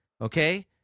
okay